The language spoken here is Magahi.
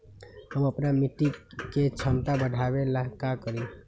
हम अपना मिट्टी के झमता बढ़ाबे ला का करी?